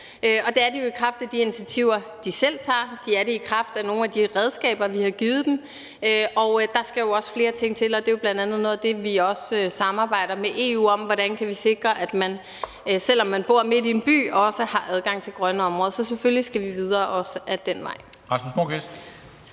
og det er de jo i kraft af de initiativer, de selv tager, og det er de i kraft af nogle af de redskaber, vi har givet dem. Der skal jo også skal flere ting til, og det er bl.a. noget af det, vi også samarbejder med EU om – hvordan vi kan sikre, at man, at selv om man bor midt i en by, også har adgang til grønne områder. Så selvfølgelig skal vi videre, også ad den vej.